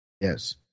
Yes